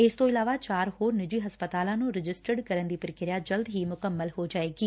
ਇਸ ਤੋਂ ਇਲਾਵਾ ਚਾਰ ਹੋਰ ਨਿੱਜੀ ਹਸਪਤਾਲਾਂ ਨੂੰ ਰਜਿਸਟਰਡ ਕਰਨ ਦੀ ਪ੍ਰਕਿਰਿਆ ਜਲਦ ਹੀ ਮੁਕੰਮਲ ਹੋ ਜਾਵੇਗੀ